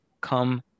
come